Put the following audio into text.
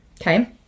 okay